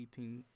18